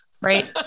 Right